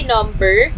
Number